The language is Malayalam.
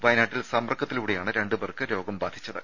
വയനാട്ടിൽ സമ്പർക്കത്തിലൂടെയാണ് രണ്ട് പേർക്ക് രോഗം ബാധിച്ചത്